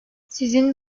sizin